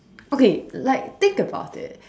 okay like think about it